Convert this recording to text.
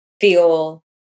feel